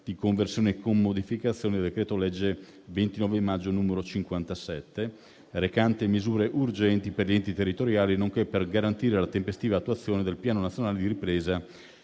di conversione in legge, con modificazioni, del decreto legge 29 maggio 2023, n. 57, recante misure urgenti per gli enti territoriali, nonché per garantire la tempestiva attuazione del Piano nazionale di ripresa